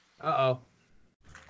Uh-oh